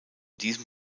diesem